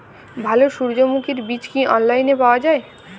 ভালো সূর্যমুখির বীজ কি অনলাইনে পাওয়া যায়?